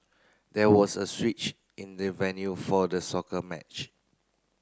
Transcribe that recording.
there was a switch in the venue for the scorer match